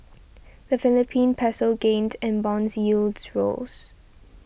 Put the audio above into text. the Philippine Peso gained and bonds yields rose